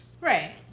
Right